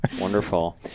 Wonderful